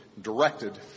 directed